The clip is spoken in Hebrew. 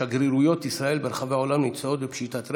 שגרירויות ישראל ברחבי עולם נמצאות בפשיטת רגל,